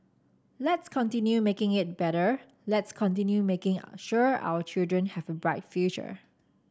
let's continue making it better let's continue making sure our children have a bright future